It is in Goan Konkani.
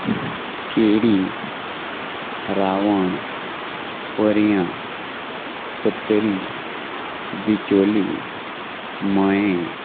केरी रावण परयां सत्तरी बिचोली मयें